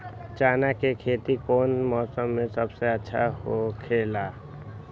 चाना के खेती कौन मौसम में सबसे अच्छा होखेला?